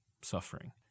suffering